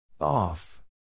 Off